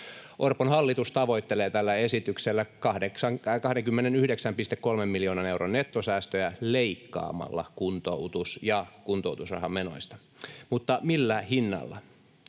Orpon hallitus tavoittelee tällä esityksellä 29,3 miljoonan euron nettosäästöjä leikkaamalla kuntoutus- ja kuntoutusrahamenoista. Mutta millä hinnalla?